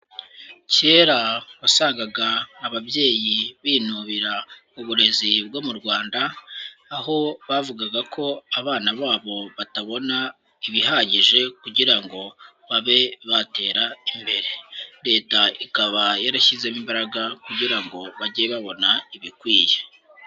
Kera wasangaga ababyeyi binubira uburezi bwo mu Rwanda, aho bavugaga ko abana babo batabona ibihagije kugira ngo babe batera imbere. Leta ikaba yarashyizemo imbaraga kugira ngo bajye babona ibikwiye.